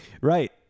Right